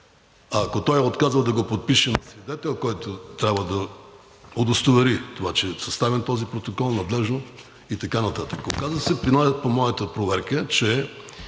ако той е отказал да го подпише, свидетел, който трябва да удостовери, че е съставен този протокол надлежно и така нататък. Оказа се по моята проверка, че